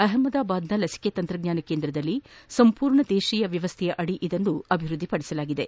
ಅಹಮದಾಬಾದ್ನ ಲಸಿಕೆ ತಂತ್ರಜ್ವಾನ ಕೇಂದ್ರದಲ್ಲಿ ಸಂಪೂರ್ಣ ದೇಶೀಯ ವ್ಯವಸ್ಥೆಯಡಿ ಅಭಿವ್ಯದ್ಲಿಪಡಿಸಲಾಗಿದೆ